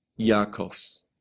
Yaakov